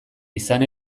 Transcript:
izan